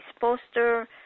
poster